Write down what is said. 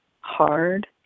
hard